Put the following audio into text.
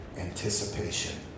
anticipation